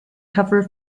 cover